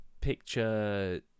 picture